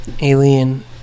alien